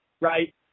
right